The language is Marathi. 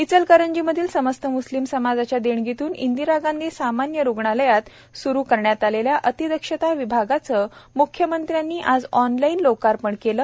इचलकरंजीमधील समस्त मुस्लिम समाजाच्या देणगीतून इंदिरा गांधी सामान्य रुग्णालयात स्रु अतिदक्षता विभागाचे म्ख्यमंत्र्यांनी आज ऑनलाईन लोकार्पण केले